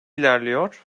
ilerliyor